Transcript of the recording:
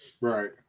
right